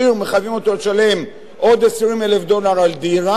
מחייבים אותו לשלם עוד 20,000 דולר על דירה,